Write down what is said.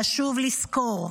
חשוב לזכור: